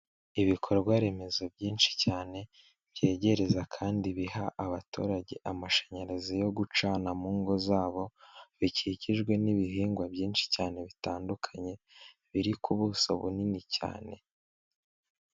Ibikorwa remezo byinshi cyane byegereza kandi biha abaturage amashanyarazi yo gucana mu ngo zabo, bikikijwe n'ibihingwa byinshi cyane bitandukanye, biri ku buso bunini cyane.